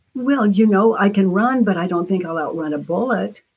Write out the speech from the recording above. well, you know i can run, but i don't think i'll outline a bullet,